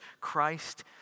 Christ